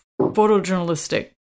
photojournalistic